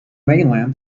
mainland